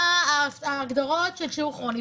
מה ההגדרות של שיעור כרוני.